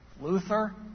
Luther